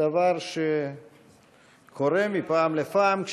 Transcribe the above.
דבר שקורה מפעם לפעם,